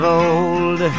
old